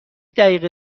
دقیقه